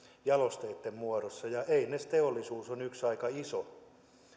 jalosteitten muodossa ja einesteollisuus on yksi aika iso